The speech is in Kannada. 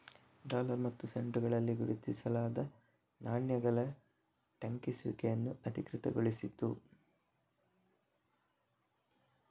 ಡಾಲರ್ ಮತ್ತು ಸೆಂಟುಗಳಲ್ಲಿ ಗುರುತಿಸಲಾದ ನಾಣ್ಯಗಳ ಟಂಕಿಸುವಿಕೆಯನ್ನು ಅಧಿಕೃತಗೊಳಿಸಿತು